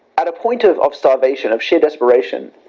at a point of of starvation of sheer desperation,